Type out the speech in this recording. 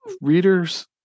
readers